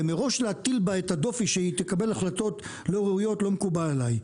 ומראש להטיל בה את הדופי שהיא תקבל החלטות לא ראויות לא מקובל עליי.